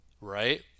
right